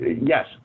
yes